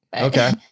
Okay